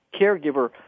caregiver